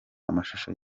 amashusho